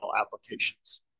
applications